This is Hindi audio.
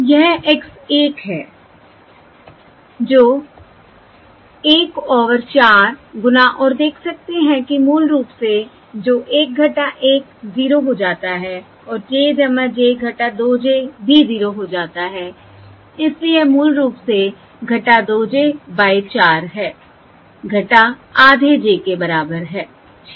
यह x 1 है जो 1 ओवर 4 गुना और देख सकते हैं कि मूल रूप से जो 1 - 1 0 हो जाता है और j j 2 j भी 0 हो जाता है इसलिए यह मूल रूप से 2 j बाय 4 है आधे j के बराबर है ठीक है